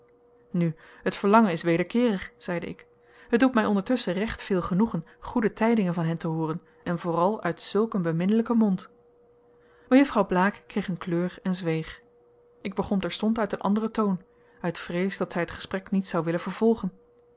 nu het verlangen is wederkeerig zeide ik het doet mij ondertusschen recht veel genoegen goede tijdingen van hen te hooren en vooral uit zulk een beminnelijken mond mejuffrouw blaek kreeg een kleur en zweeg ik begon terstond uit een anderen toon uit vrees dat zij het gesprek niet zou willen vervolgen